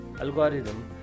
algorithm